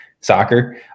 soccer